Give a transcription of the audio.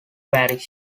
parish